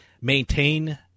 maintain